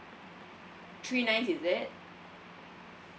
three nine's is it